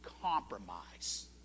compromise